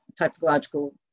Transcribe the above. typological